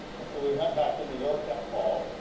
and so we went back to new york that fall.